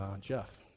Jeff